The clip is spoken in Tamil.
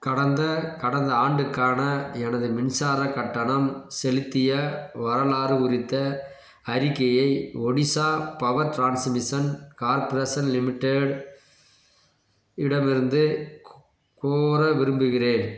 கடந்த கடந்த ஆண்டுக்கான எனது மின்சாரக் கட்டணம் செலுத்திய வரலாறு குறித்த அறிக்கையை Odisha power transmission corporation limited இடமிருந்து கோ கோர விரும்புகிறேன்